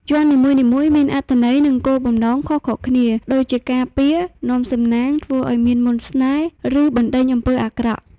យ័ន្តនីមួយៗមានអត្ថន័យ និងគោលបំណងខុសៗគ្នា ដូចជាការពារ នាំសំណាង ធ្វើឱ្យមានមន្តស្នេហ៍ ឬបណ្តេញអំពើអាក្រក់។